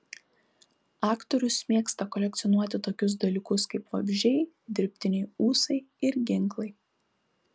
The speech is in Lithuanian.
aktorius mėgsta kolekcionuoti tokius dalykus kaip vabzdžiai dirbtiniai ūsai ir ginklai